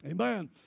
Amen